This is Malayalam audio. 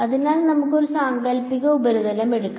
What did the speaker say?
അതിനാൽ നമുക്ക് ഒരു സാങ്കൽപ്പിക ഉപരിതലം എടുക്കാം